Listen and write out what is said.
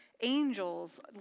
angels